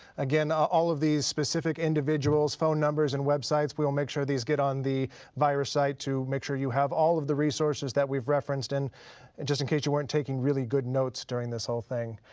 again, ah all of these specific individuals, phone numbers and websites, we will make sure these get on the virus site to make sure you have all of the resources that we've referenced and and just in case you weren't taking really good notes during this whole thing.